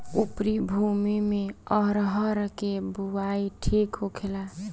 उपरी भूमी में अरहर के बुआई ठीक होखेला?